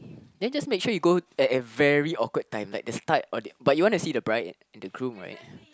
then just make sure you go at a very awkward time like the start or but you want to see the bride and groom right